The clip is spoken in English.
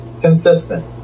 consistent